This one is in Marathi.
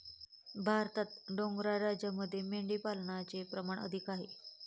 भारतात डोंगराळ राज्यांमध्ये मेंढीपालनाचे प्रमाण अधिक आहे